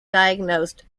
diagnosed